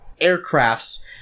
aircrafts